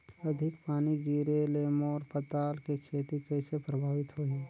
अधिक पानी गिरे ले मोर पताल के खेती कइसे प्रभावित होही?